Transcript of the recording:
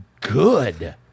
good